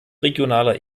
regionaler